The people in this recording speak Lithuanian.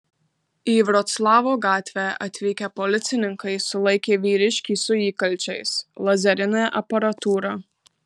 į vroclavo gatvę atvykę policininkai sulaikė vyriškį su įkalčiais lazerine aparatūra